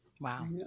Wow